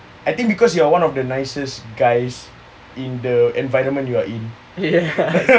I think because you are one of the nicest guys in the environment you are in